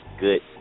good